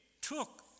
took